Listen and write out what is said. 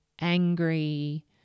angry